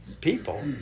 people